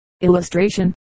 illustration